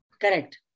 Correct